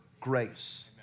grace